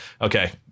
Okay